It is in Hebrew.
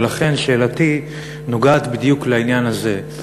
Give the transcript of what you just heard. ולכן שאלתי נוגעת בדיוק לעניין הזה: